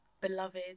beloved